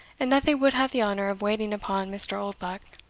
and that they would have the honour of waiting upon mr. oldbuck.